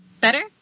Better